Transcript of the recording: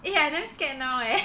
eh I damn scared now eh